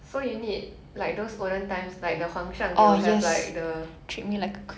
so you need like those olden times like the 皇上 they will have like the